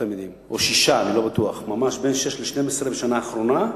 תל-אביב עומד כבר שנים אחדות בסכנה של